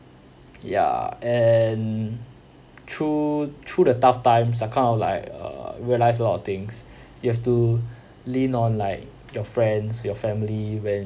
ya and through through the tough times I kind of like uh realised a lot of things you have to lean on like your friends your family when